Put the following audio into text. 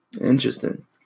interesting